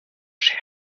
schere